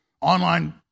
online